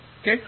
okay